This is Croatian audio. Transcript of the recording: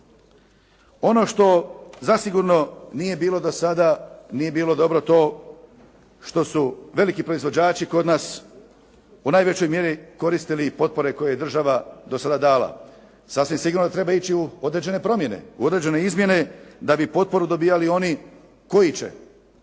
Ono što zasigurno nije bilo do sada, nije bilo dobro to što su veliki proizvođači kod nas u najvećoj mjeri koristili potpore koje je država do sada dala. Sasvim sigurno treba ići u određene promjene, u određene izmjene da bi potporu dobili i oni koji će